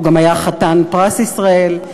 הוא גם היה חתן פרס ישראל.